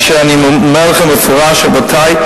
אלא אני אומר לכם במפורש: רבותי,